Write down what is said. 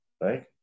right